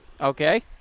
Okay